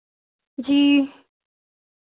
जी